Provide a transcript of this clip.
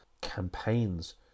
campaigns